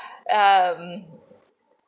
um